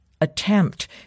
attempt